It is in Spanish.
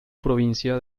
provincia